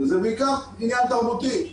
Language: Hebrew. וזה בעיקר עניין תרבותי.